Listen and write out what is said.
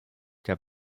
der